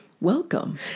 Welcome